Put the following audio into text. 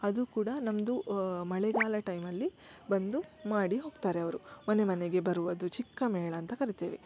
ಅದು ಕೂಡ ನಮ್ಮದು ಮಳೆಗಾಲ ಟೈಮಲ್ಲಿ ಬಂದು ಮಾಡಿ ಹೋಗ್ತಾರೆ ಅವರು ಮನೆ ಮನೆಗೆ ಬರುವುದು ಚಿಕ್ಕ ಮೇಳ ಅಂತ ಕರಿತೇವೆ